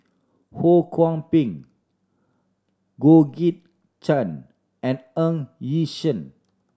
Ho Kwon Ping Georgette Chen and Ng Yi Sheng